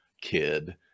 kid